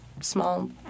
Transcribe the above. small